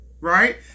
right